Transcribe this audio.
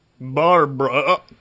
Barbara